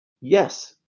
yes